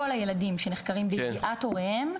כל הילדים שנחקרים בידיעת הוריהם,